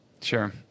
Sure